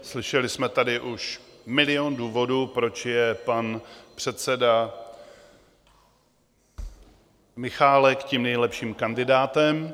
Slyšeli jsme tady už milion důvodů, proč je pan předseda Michálek tím nejlepším kandidátem.